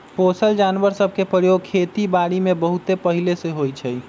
पोसल जानवर सभ के प्रयोग खेति बारीमें बहुते पहिले से होइ छइ